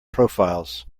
profiles